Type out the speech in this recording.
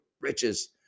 riches